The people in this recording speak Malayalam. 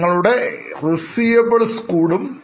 നിങ്ങളുടെ Receivablesകൂടും